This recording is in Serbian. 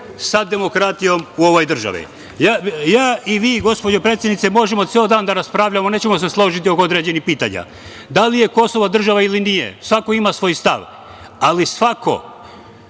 sa demokratijom u ovoj državi. Vi i ja, gospođo predsednice, možemo ceo dan da raspravljamo, nećemo se složiti oko određenih pitanja. Da li je Kosovo država ili nije, svako ima svoj stav, ali svako,